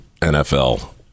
NFL